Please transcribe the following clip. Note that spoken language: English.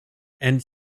and